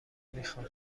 میخان